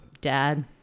dad